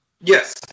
Yes